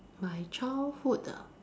my childhood ah